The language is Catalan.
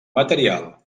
material